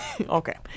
okay